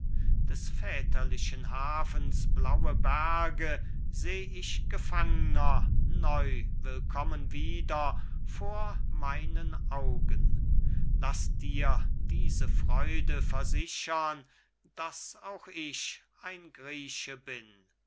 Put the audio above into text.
des väterlichen hafens blaue berge seh ich gefangner neu willkommen wieder vor meinen augen laß dir diese freude versichern daß auch ich ein grieche bin